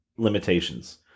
Limitations